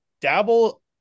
Dabble